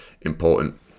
important